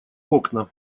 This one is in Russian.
окна